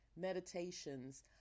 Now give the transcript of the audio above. meditations